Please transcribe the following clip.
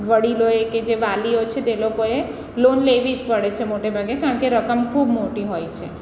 વડીલોએ કે જે વાલીઓ છે તે લોકોએ લોન લેવી જ પડે છે મોટેભાગે કારણ કે રકમ ખૂબ મોટી હોય છે